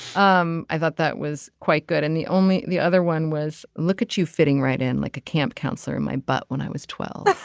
um i thought that was quite good and the only the other one was look at you fitting right in like a camp counselor in my butt when i was twelve.